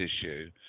issue